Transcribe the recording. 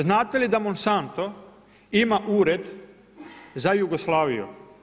Znate li da Monsanto ima ured za Jugoslaviju?